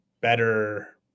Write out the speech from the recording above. better